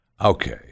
Okay